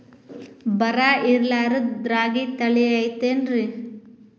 ಬರ ಇರಲಾರದ್ ರಾಗಿ ತಳಿ ಐತೇನ್ರಿ?